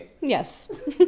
yes